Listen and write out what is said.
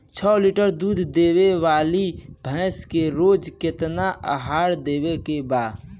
छह लीटर दूध देवे वाली भैंस के रोज केतना आहार देवे के बा?